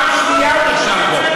פעם שנייה הוא נכשל פה.